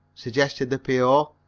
suggested the p o.